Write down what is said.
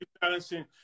balancing